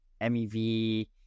MEV